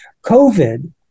COVID